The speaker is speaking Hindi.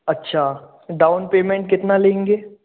अच्छा डाउन पेमेन्ट कितना लेंगे